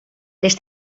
les